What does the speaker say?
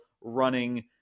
running